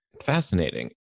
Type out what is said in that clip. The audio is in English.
Fascinating